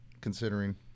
considering